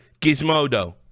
gizmodo